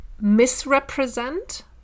misrepresent